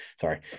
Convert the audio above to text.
Sorry